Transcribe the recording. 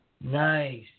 Nice